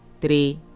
three